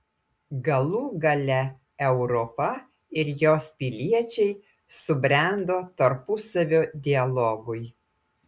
galų gale europa ir jos piliečiai subrendo tarpusavio dialogui